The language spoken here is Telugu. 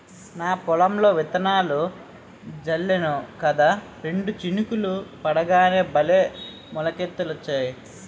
నా పొలంలో విత్తనాలు జల్లేను కదా రెండు చినుకులు పడగానే భలే మొలకలొచ్చాయి